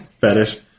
fetish